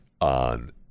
on